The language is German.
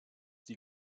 die